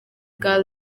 bwa